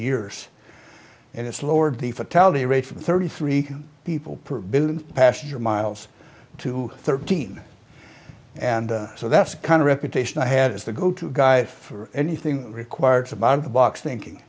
years and it's lowered the fatality rate from thirty three people per billion passenger miles to thirteen and so that's kind of reputation i had as the go to guy for anything required to bump the box thinking